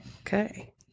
okay